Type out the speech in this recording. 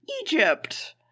egypt